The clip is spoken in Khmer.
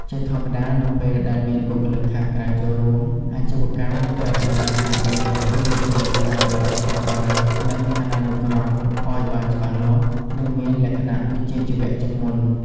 ជាធម្មតា នៅពេលដែលមានបុគ្គលិកខាងក្រៅចូលរួម អាជីវកម្មត្រូវតែមានការបែងចែកតួនាទី ការទទួលខុសត្រូវ និងឋានានុក្រមឲ្យបានច្បាស់លាស់ និងមានលក្ខណៈវិជ្ជាជីវៈជាងមុន។